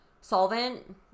solvent